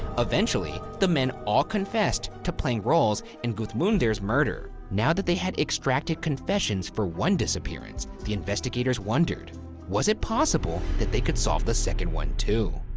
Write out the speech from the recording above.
eventually, the men all confessed to playing roles in gudmunder's murder. now that they had extracted confessions for one disappearance, the investigators wondered was it possible that they could solve the second one too?